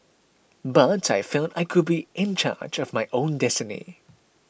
but I felt I could be in charge of my own destiny